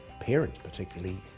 parents, particularly,